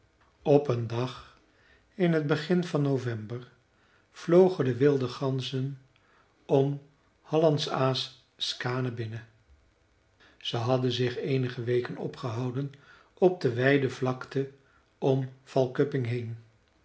op een dag in t begin van november vlogen de wilde ganzen om hallandsaas skaane binnen ze hadden zich eenige weken opgehouden op de wijde vlakte om falköping heen